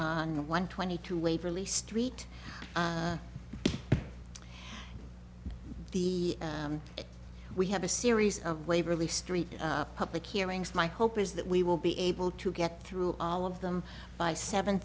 on one twenty two waverly street the we have a series of waverley street public hearings my hope is that we will be able to get through all of them by seven